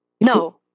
No